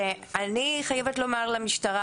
אני חייבת לומר למשטרה